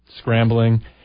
scrambling